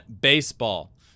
baseball